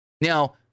Now